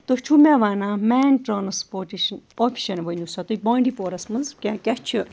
تُہۍ چھُو مےٚ وَنان مین ٹرٛانسپوٹیشَن آپشَن ؤنِو سا تُہۍ بانڈی پورَس مَنٛز کیٛاہ کیاہ چھُ